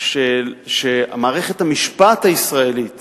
שמערכת המשפט הישראלית